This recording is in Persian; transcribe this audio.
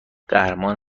قهرمان